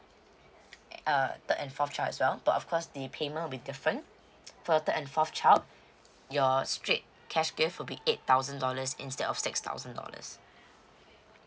uh third and fourth child as well but of course the payment will be different for the third and fourth child your straight cash gift will be eight thousand dollars instead of six thousand dollars